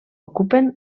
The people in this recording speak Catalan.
ocupen